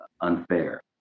unfair